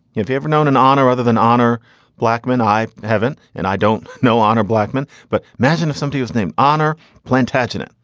have you ever known an honour rather than honour blackman? i haven't. and i don't know honour blackman. but magin of somebody whose name honour plantagenet.